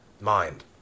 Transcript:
mind